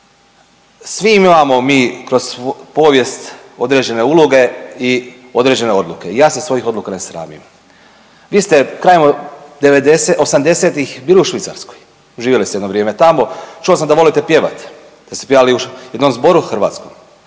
svi imamo mi kroz povijest određene uloge i određene odluke i ja se svojih odluka ne sramim. Vi ste krajem '80.-tih bili u Švicarskoj, živjeli ste jedno vrijeme tamo, čuo sam da volite pjevat, da ste pjevali u jednom zboru hrvatskom,